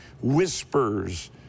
whispers